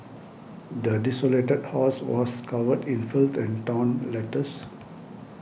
the desolated house was covered in filth and torn letters